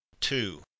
two